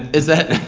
is that